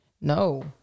no